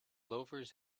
loafers